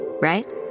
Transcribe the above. right